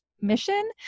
mission